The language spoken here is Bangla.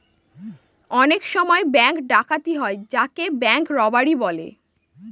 অনেক সময় ব্যাঙ্ক ডাকাতি হয় যাকে ব্যাঙ্ক রোবাড়ি বলে